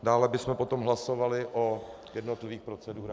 Dále bychom potom hlasovali o jednotlivých procedurách.